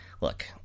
look